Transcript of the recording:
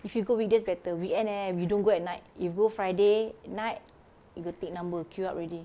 if you go weekdays better weekend eh we don't go at night you go friday night you go take number queue up already